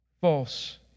false